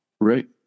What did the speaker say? Right